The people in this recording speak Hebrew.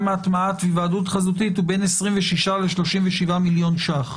מהטמעת היוועדות חזותית הוא בין 26 ל-37 מיליון ש"ח,